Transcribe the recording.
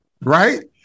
right